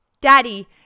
daddy